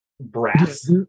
Brass